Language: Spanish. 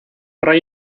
rey